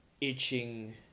itching